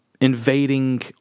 invading